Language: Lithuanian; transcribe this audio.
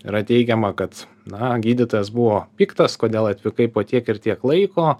yra teigiama kad na gydytojas buvo piktas kodėl atvykai po tiek ir tiek laiko